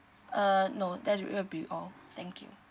err no that will be all thank you